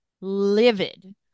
Livid